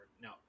No